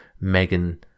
Megan